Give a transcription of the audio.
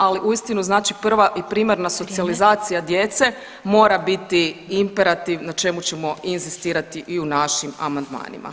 Ali uistinu znači prva i primarna socijalizacija djece mora biti imperativ na čemu ćemo inzistirati i u našim amandmanima.